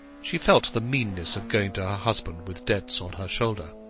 she felt the meanness of going to her husband with debts on her shoulder.